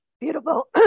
beautiful